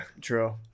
True